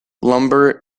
lumber